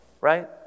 Right